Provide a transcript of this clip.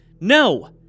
No